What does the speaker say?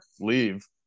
leave